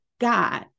God